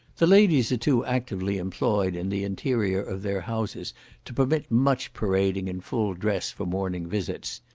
the ladies are too actively employed in the interior of their houses to permit much parading in full dress for morning visits.